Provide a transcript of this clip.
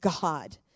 God